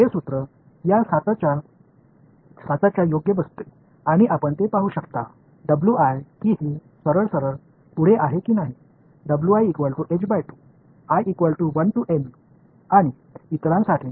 இந்த சூத்திரம் இந்த அச்சுக்கு பொருந்துகிறது மேலும் அவை நேராக முன்னோக்கி உள்ளனவா என்பதை நீங்கள் காணலாம் மற்றவர்களுக்கு